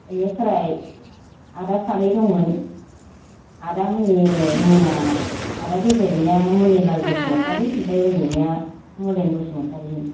इनिफ्राय आदा सानै दंमोन आदामोननि मुङा आदा गेदेरनिया मुनिलाल बसुमतारि ओमफाय उन्दैनिया मलेन बसुमतारिमोन